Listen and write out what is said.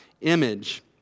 image